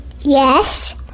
Yes